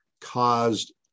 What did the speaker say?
caused